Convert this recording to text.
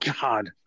God